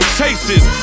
chases